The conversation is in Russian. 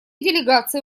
делегации